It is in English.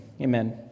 Amen